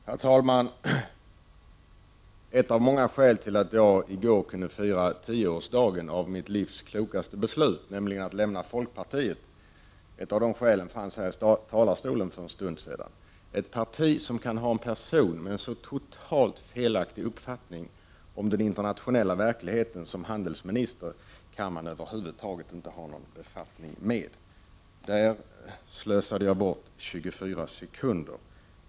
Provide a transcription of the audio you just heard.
Herr talman! Ett av många skäl till att jag i går kunde fira tioårsdagen av mitt livs klokaste beslut, nämligen att lämna folkpartiet, stod i talarstolen för en stund sedan. Ett parti som kan ha en person med så totalt felaktig uppfattning om den internationella verkligheten som handelsminister kan man över huvud taget inte ha någon befattning med. Där slösade jag bort 24 sekunder.